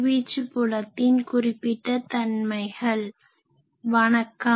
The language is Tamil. வணக்கம்